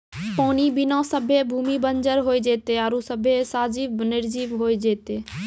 पानी बिना सभ्भे भूमि बंजर होय जेतै आरु सभ्भे सजिब निरजिब होय जेतै